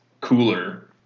cooler